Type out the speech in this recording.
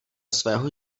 svého